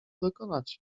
dokonać